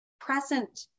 present